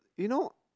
you know